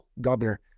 governor